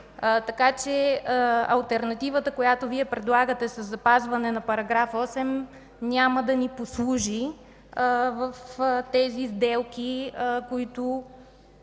така че алтернативата, която Вие предлагате със запазване на § 8 няма да ни послужи в тези сделки, които